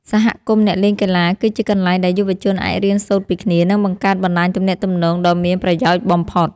សហគមន៍អ្នកលេងកីឡា គឺជាកន្លែងដែលយុវជនអាចរៀនសូត្រពីគ្នា និងបង្កើតបណ្តាញទំនាក់ទំនងដ៏មានប្រយោជន៍បំផុត។